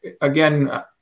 again